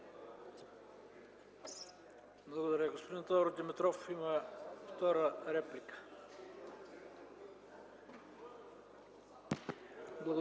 Благодаря. Господин Тодор Димитров има втора реплика.